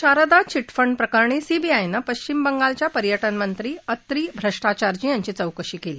Sharda chit fund प्रकरणी सीबीआयनं पाश्विम बंगालच्या पर्यटन मंत्री अत्री भट्टाचार्जी यांची चौकशी केली